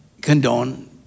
condone